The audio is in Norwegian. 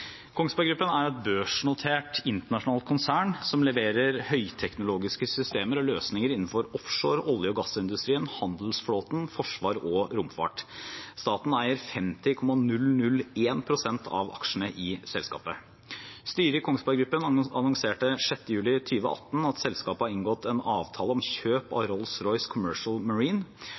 er et børsnotert internasjonalt konsern som leverer høyteknologiske systemer og løsninger innenfor offshore, olje- og gass-industrien, handelsflåten, forsvar og romfart. Staten eier 50,001 pst. av aksjene i selskapet. Styret i Kongsberg Gruppen annonserte den 6. juli 2018 at selskapet har inngått en avtale om kjøp av